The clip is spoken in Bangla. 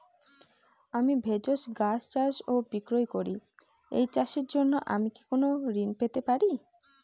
আমি ভেষজ গাছ চাষ ও বিক্রয় করি এই চাষের জন্য আমি কি কোন ঋণ পেতে পারি?